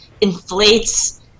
inflates